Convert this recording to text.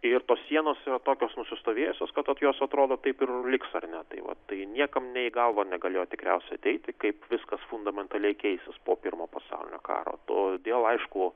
ir tos sienos tokios nusistovėjusios kad tokios atrodo taip ir liks ar ne tai va tai niekam nė į galvą negalėjo tikriausiai ateiti kaip viskas fundamentaliai keisis po pirmo pasaulinio karo todėl aišku